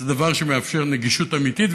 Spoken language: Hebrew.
זה דבר שמאפשר נגישות אמיתית.